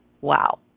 Wow